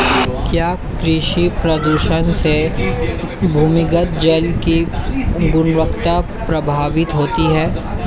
क्या कृषि प्रदूषण से भूमिगत जल की गुणवत्ता प्रभावित होती है?